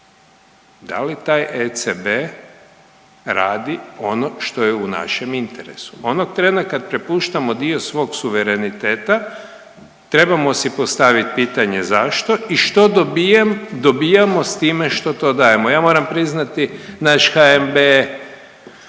Da li taj ECB radi ono što je u našem interesu? Onog trena kad prepuštamo dio svog suvereniteta trebamo si postaviti pitanje zašto i što dobijamo time što to dajemo? Ja moram priznati naš HNB